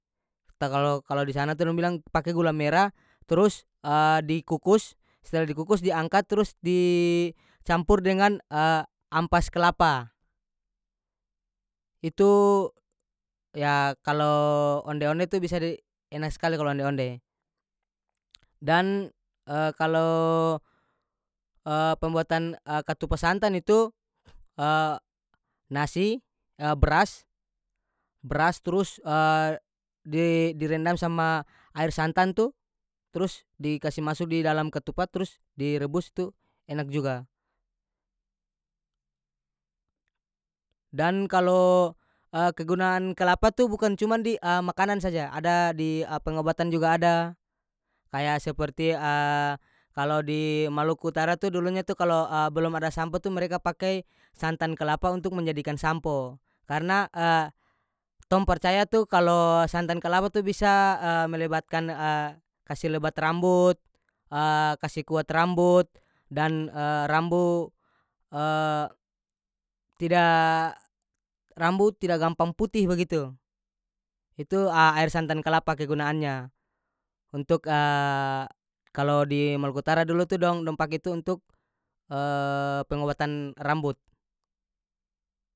Tagalo kalo di sana tu dong bilang pake gula mera trus dikukus setelah dikukus diangkat trus di campur dengan ampas kelapa itu ya kalo onde-onde tu bisa di enak skali kalo onde-onde dan kalo pembuatan katupa santan itu nasi bras bras trus di- direndam sama air santan tu trus di kasi masu di dalam katupa trus direbus tu enak juga dan kalo kegunaan kelapa tu bukan cuman di makanan saja ada di a pengobatan juga ada kaya seperti kalo di maluku utara tu dulunya kalo belom ada sampo tu mereka pakai santan kelapa untuk menjadikan sampo karena tong percaya tu kalo santan kalapa tu bisa melibatkan kasi lebat rambut kasi kuat rambut dan rambu tida rambu tida gampang putih bagitu itu aer santan kalapa kegunaannya untuk kalo di maluku utara dulu tu dong- dong pake itu untuk pengobatan rambut.